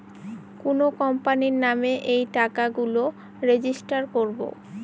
কোনো কোম্পানির নামে এই টাকা গুলো রেজিস্টার করবো